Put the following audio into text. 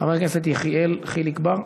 חבר הכנסת יחיאל חיליק בר,